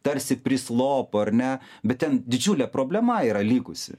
tarsi prislopo ar ne bet ten didžiulė problema yra likusi